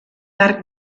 arc